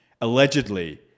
allegedly